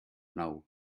nou